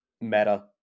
Meta